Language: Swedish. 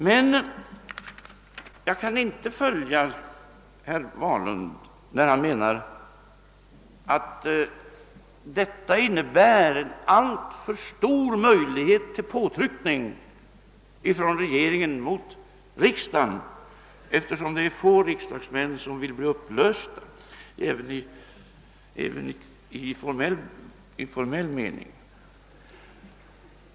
Men jag kan inte följa herr Wahlund när han menar att detta ger en alltför stor möjlighet till påtryckning från regeringen mot riksdagen, eftersom det är få riksdagsmän som vill bli »upplösta» även i formell mening.